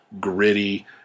gritty